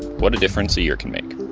what a difference a year can make.